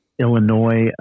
Illinois